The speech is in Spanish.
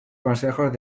consejos